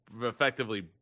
effectively